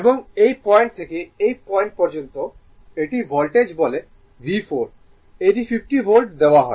এবং এই পয়েন্ট থেকে এই পয়েন্ট পর্যন্ত এটি ভোল্টেজ বলে V4 এটি 50 ভোল্ট দেওয়া হয়